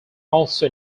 also